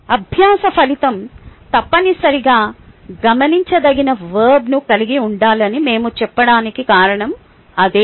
అభ్యాస ఫలితం తప్పనిసరిగా గమనించదగిన వర్బ్ను కలిగి ఉండాలని మేము చెప్పడానికి కారణం అదే